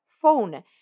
phone